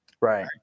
Right